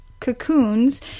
cocoons